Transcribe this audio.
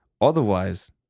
Otherwise